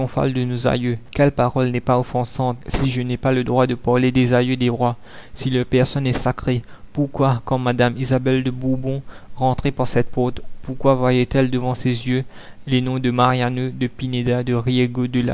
quelle parole n'est pas offensante si je n'ai pas le droit de parler des aïeux des rois si leur personne est sacrée pourquoi quand madame isabelle de bourbon rentrait par cette porte pourquoi voyait-elle devant ses la commune yeux les noms de mariano de pineda de riego